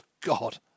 God